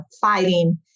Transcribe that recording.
fighting